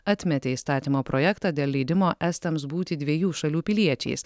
atmetė įstatymo projektą dėl leidimo estams būti dviejų šalių piliečiais